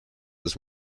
this